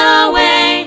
away